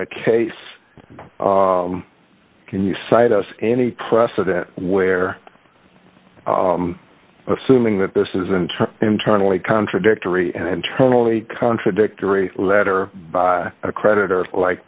a case can you cite us any precedent where assuming that this isn't internally contradictory and internally contradictory letter by a creditor like